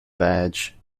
badge